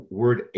word